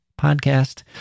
podcast